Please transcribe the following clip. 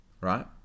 right